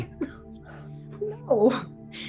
No